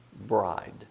bride